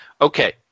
Okay